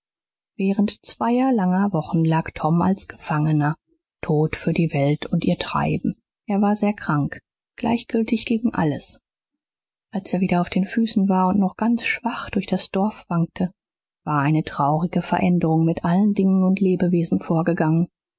während zweier langen wochen lag tom als gefangener tot für die welt und ihr treiben er war sehr krank gleichgültig gegen alles als er wieder auf den füßen war und noch ganz schwach durch das dorf wankte war eine traurige veränderung mit allen dingen und lebewesen vorgegangen